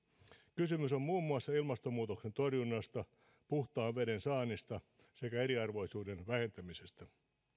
kysymys on muun muassa ilmastonmuutoksen torjunnasta puhtaan veden saannista sekä eriarvoisuuden vähentämisestä